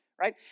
right